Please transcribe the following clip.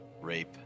rape